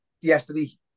yesterday